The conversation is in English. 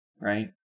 right